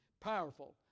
powerful